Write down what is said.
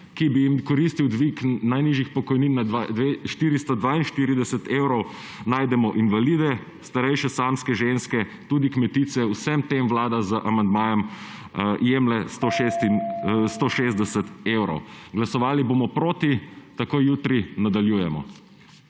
ki bi jim koristil dvig najnižjih pokojnin na 442 evrov, najdemo invalide, starejše samske ženske, tudi kmetice. Vsem tem vlada z amandmajem jemlje 160 evrov. Glasovali bomo proti. Takoj jutri nadaljujemo.